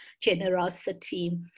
generosity